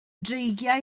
dreigiau